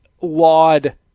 laud